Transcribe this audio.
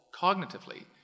cognitively